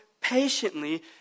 patiently